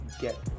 get